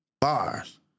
Bars